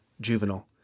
juvenile